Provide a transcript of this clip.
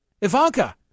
Ivanka